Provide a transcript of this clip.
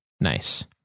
Nice